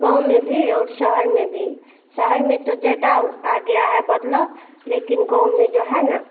गाँव में भी और शहर में भी शहर में तो ज़्यादा आ गया है बदलाव लेकिन गाँव में जो है ना